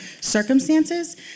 circumstances